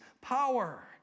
power